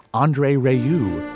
andre ray, you